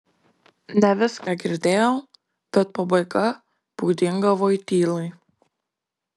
ne viską girdėjau bet pabaiga būdinga voitylai